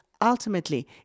ultimately